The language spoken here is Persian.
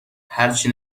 هرچی